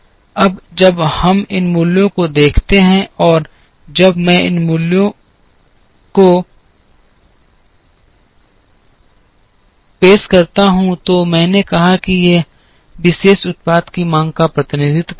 अब जब हम इन मूल्यों को देखते हैं और जब मैं इन मूल्यों को पेश करता हूं तो मैंने कहा कि ये किसी विशेष उत्पाद की मांग का प्रतिनिधित्व करेंगे